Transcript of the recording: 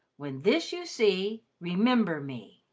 when this you see, remember me